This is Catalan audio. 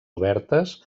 obertes